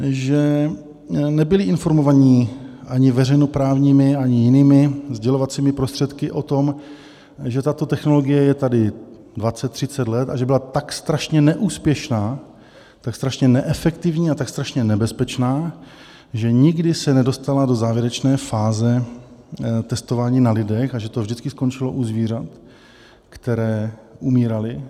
Že nebyli informováni ani veřejnoprávními, ani jinými sdělovacími prostředky o tom, že tato technologie je tady 20, 30 let a že byla tak strašně neúspěšná, tak strašně neefektivní a tak strašně nebezpečná, že nikdy se nedostala do závěrečné fáze testování na lidech a že to vždycky skončilo u zvířat, která umírala?